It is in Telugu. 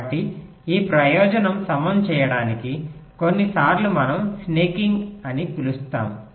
కాబట్టి ఈ ప్రయోజనం సమం చేయడానికి కొన్నిసార్లు మనం స్నాకింగ్ అని ప్రయోగిస్తాము